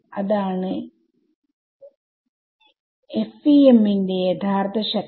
അതാണ് FEM ന്റെ യഥാർത്ഥ ശക്തി